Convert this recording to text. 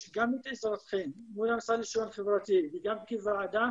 גם את עזרתכם מול המשרד לשוויון חברתי וגם כוועדה